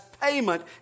payment